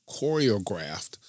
choreographed